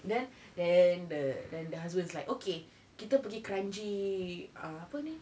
then then the then the husband's like okay kita pergi kranji uh apa ni